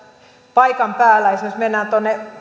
paikan päällä esimerkiksi kun mennään tuonne